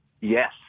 Yes